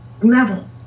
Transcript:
level